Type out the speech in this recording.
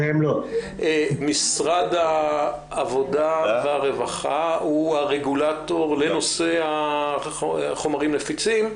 משרד העבודה והרווחה הוא הרגולטור לנושא חומרים נפיצים.